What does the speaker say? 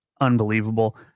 unbelievable